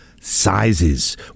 Sizes